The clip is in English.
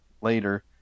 later